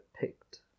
picked